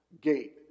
gate